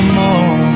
more